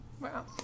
Wow